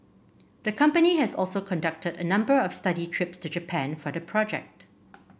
the company has also conducted a number of study trips to Japan for the project